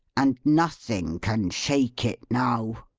and nothing can shake it now.